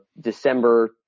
December